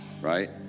Right